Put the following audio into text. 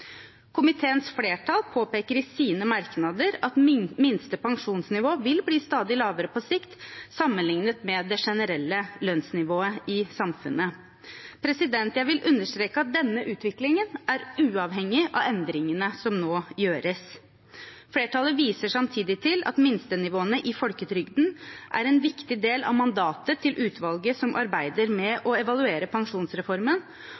Komiteens flertall påpeker i sine merknader at minste pensjonsnivå vil bli stadig lavere på sikt sammenlignet med det generelle lønnsnivået i samfunnet. Jeg vil understreke at denne utviklingen er uavhengig av endringene som nå gjøres. Flertallet viser samtidig til at minstenivåene i folketrygden er en viktig del av mandatet til utvalget som arbeider med